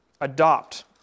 adopt